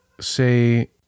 say